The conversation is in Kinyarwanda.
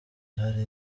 hari